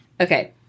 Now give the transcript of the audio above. Okay